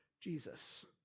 Jesus